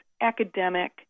academic